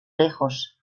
lejos